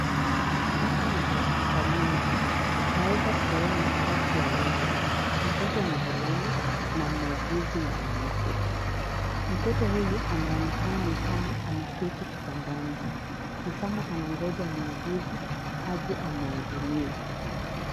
Hapa ni hospitalini naweza kuona watu wawili, mtoto mvulana na muuguzi mwanamke. Mtoto huyu anaonekana ni kama ameketi kitandani. Ni kama anamgonja muuguzi aje amhudumie.